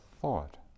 thought